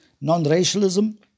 non-racialism